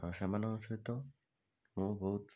ସେମାନଙ୍କ ସହିତ ମୁଁ ବହୁତ